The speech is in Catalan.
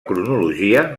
cronologia